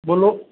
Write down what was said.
બોલો